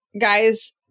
guys